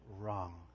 wrong